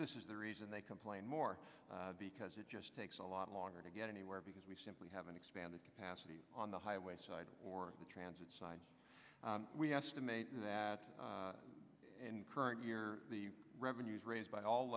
this is the reason they complain more because it just takes a lot longer to get anywhere because we simply haven't expand the capacity on the highway side or the transit side we estimate that in current year the revenues raised by all